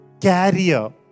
carrier